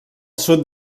sud